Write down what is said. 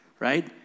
Right